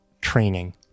training